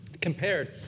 compared